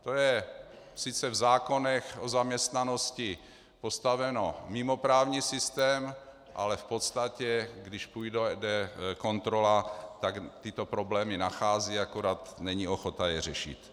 To je sice v zákonech o zaměstnanosti postaveno mimo právní systém, ale v podstatě když půjde kontrola, tak tyto problémy nachází, akorát není ochota je řešit.